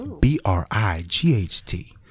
B-R-I-G-H-T